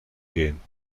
gehen